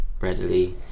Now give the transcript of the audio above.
readily